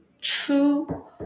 true